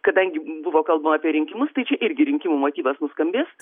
kadangi buvo kalbama apie rinkimus tai čia irgi rinkimų motyvas nuskambės